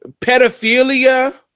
pedophilia